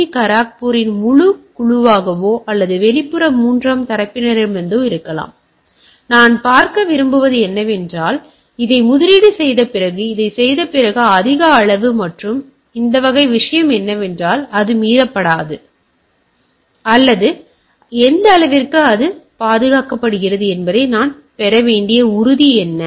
D கரக்பூரின் முழு குழுவாகவோ அல்லது வெளிப்புற மூன்றாம் தரப்பினரிடமிருந்தோ இருக்கலாம் நான் பார்க்க விரும்புவது என்னவென்றால் இதை முதலீடு செய்த பிறகு இதைச் செய்த பிறகு அதிக அளவு மற்றும் இந்த வகை விஷயம் என்னவென்றால் அது மீறப்படாது அல்லது எந்த அளவிற்கு அது பாதுகாக்கப்படுகிறது என்பதற்கு நான் பெற வேண்டிய உறுதி என்ன